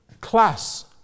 Class